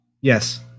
Yes